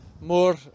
More